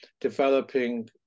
developing